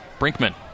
Brinkman